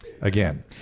again